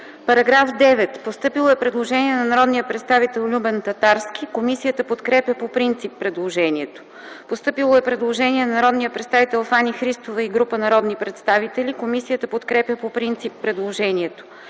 По § 57 е постъпило предложение на народния представител Огнян Пейчев. Комисията подкрепя по принцип предложението. Постъпило е предложение от народния представител Фани Христова и група народни представители. Комисията подкрепя предложението.